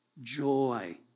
joy